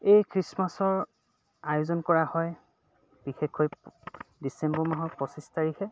এই খ্ৰীষ্টমাছৰ আয়োজন কৰা হয় বিশেষকৈ ডিচেম্বৰ মাহৰ পঁচিছ তাৰিখে